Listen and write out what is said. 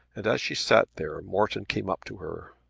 and as she sat there morton came up to her.